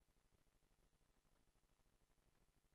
הנני הנני מתכבד להודיעכם,